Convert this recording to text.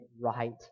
right